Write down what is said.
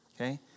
okay